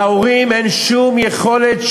להורים אין שום יכולת,